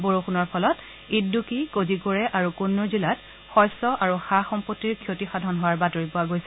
বৰষুণৰ ফলত ইদুৱি ক'জিকোড়ে আৰু কন্নুৰ জিলাত শস্য আৰু সা সম্পত্তিৰ ক্ষতিসাধন হোৱাৰ বাতৰি পোৱা গৈছে